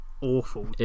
Awful